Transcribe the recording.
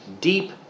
deep